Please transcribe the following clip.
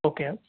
okay